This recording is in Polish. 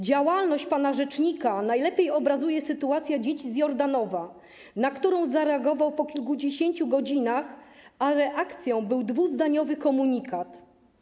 Działalność pana rzecznika najlepiej obrazuje sytuacja dzieci z Jordanowa, na którą zareagował po kilkudziesięciu godzinach, ale akcją był dwuzdaniowy komunikat.